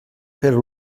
però